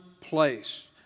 place